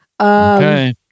Okay